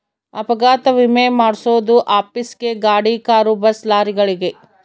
ಅಪಘಾತ ವಿಮೆ ಮಾದ್ಸೊದು ಆಫೀಸ್ ಗೇ ಗಾಡಿ ಕಾರು ಬಸ್ ಲಾರಿಗಳಿಗೆ